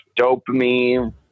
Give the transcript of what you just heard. dopamine